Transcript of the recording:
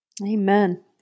Amen